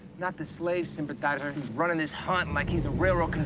not the slave sympathizer who's running his hunt like he's the railroad